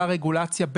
ברגולציה,